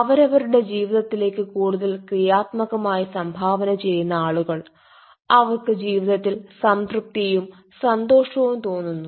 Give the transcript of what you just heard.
അവരവരുടെ ജീവിതത്തിലേക്ക് കൂടുതൽ ക്രിയാത്മകമായി സംഭാവന ചെയ്യുന്ന ആളുകൾ അവർക്ക് ജീവിതത്തിൽ സംതൃപ്തിയും സന്തോഷവും തോന്നുന്നു